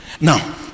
Now